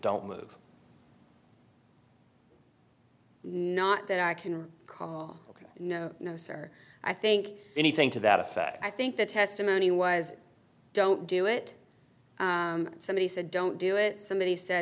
don't move not that i can call no no sir i think anything to that effect i think the testimony was don't do it somebody said don't do it somebody said